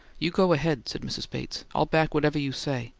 you go ahead, said mrs. bates. i'll back whatever you say.